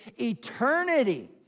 eternity